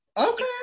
okay